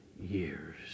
years